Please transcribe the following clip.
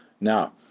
Now